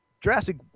Jurassic